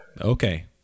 Okay